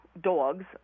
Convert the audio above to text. dogs